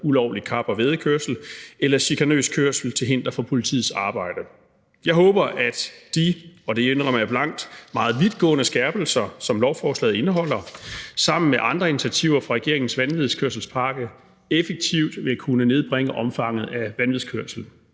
ulovlig kap- og væddekørsel eller chikanøs kørsel til hinder for politiets arbejde. Jeg håber, at de – og det indrømmer jeg blankt – meget vidtgående skærpelser, som lovforslaget indeholder, sammen med andre initiativer fra regeringens vanvidskørselspakke effektivt vil kunne nedbringe omfanget af vanvidskørsel.